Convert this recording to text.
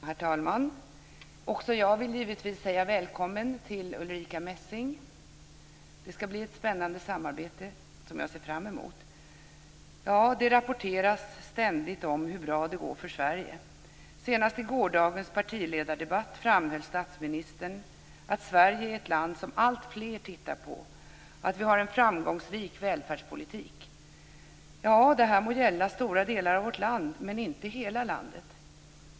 Herr talman! Också jag vill givetvis säga välkommen till Ulrica Messing. Det ska bli ett spännande samarbete som jag ser fram emot. Det rapporteras ständigt hur bra det går för Sverige. Senast i gårdagens partiledardebatt framhöll statsministern att Sverige är ett land som alltfler tittar på, att vi har en framgångsrik välfärdspolitik. Ja, det må gälla stora delar av vårt land, men inte hela landet.